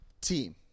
team